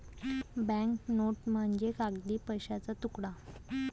bank note म्हणजे कागदी पैशाचा तुकडा